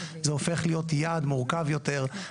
זה הופך להיות יעד מורכב יותר.